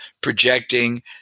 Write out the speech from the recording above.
projecting